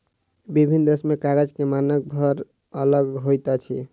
विभिन्न देश में कागज के मानक भार अलग होइत अछि